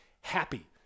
happy